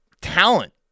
talent